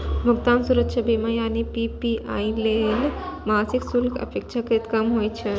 भुगतान सुरक्षा बीमा यानी पी.पी.आई लेल मासिक शुल्क अपेक्षाकृत कम होइ छै